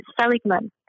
Seligman